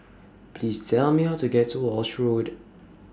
Please Tell Me How to get to Walshe Road